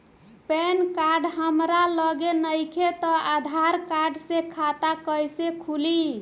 Pan card हमरा लगे नईखे त आधार कार्ड से खाता कैसे खुली?